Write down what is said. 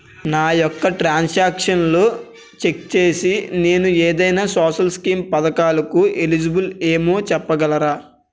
నా యెక్క ట్రాన్స్ ఆక్షన్లను చెక్ చేసి నేను ఏదైనా సోషల్ స్కీం పథకాలు కు ఎలిజిబుల్ ఏమో చెప్పగలరా?